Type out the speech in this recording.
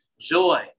joy